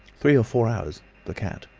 three or four hours the cat.